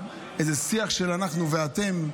איזה שיח של "אנחנו ואתם".